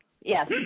yes